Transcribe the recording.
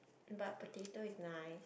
but potato is nice